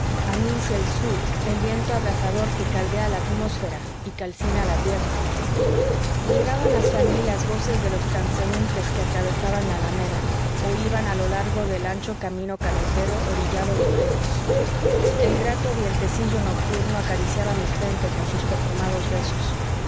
anuncia el sur el viento abrasador que caldea la atmósfera y calcina la tierra llegaban hasta mí las voces de los transeuntes que atravesaban la alameda o iban a lo largo del ancho camino carretero orillado de fresnos el grato vientecillo nocturno acariciaba mi frente con sus perfumados besos